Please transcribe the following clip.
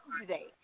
today